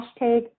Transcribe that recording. hashtag